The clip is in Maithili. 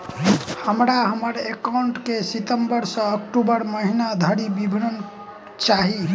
हमरा हम्मर एकाउंट केँ सितम्बर सँ अक्टूबर महीना धरि विवरण चाहि?